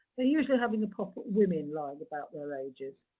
they're usually having a pop at women lying about their ages.